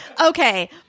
Okay